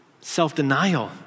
self-denial